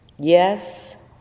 yes